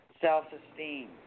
self-esteem